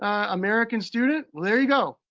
ah american student, well there you go.